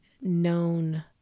known